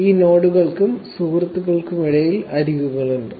ഈ നോഡുകൾക്കും സുഹൃത്തുക്കൾക്കുമിടയിൽ അരികുകളുണ്ട്